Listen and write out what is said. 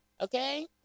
Okay